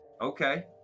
okay